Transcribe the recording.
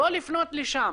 לא לפנות לשם.